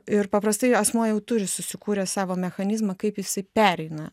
ir paprastai asmuo jau turi susikūręs savo mechanizmą kaip jisai pereina